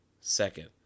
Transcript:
Second